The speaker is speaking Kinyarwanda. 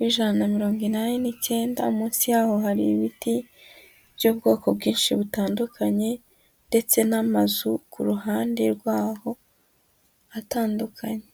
iijana na mirongo inani n'icyenda, munsi yaho hari ibiti by'ubwoko bwinshi butandukanye, ndetse n'amazu ku ruhande rwaho atandukanye.